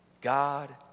God